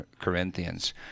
Corinthians